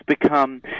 become